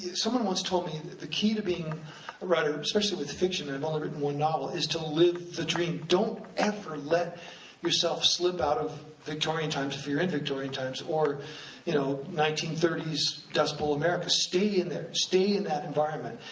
someone once told me that the key to being a writer, especially with fiction, and i've only written one novel, is to live the dream. don't ever let yourself slip out of victorian times if you're in victorian times, or you know, nineteen thirty s dust bowl america. stay in there, stay in that environment.